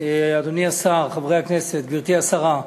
אדוני השר, חברי הכנסת, גברתי השרה,